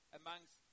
amongst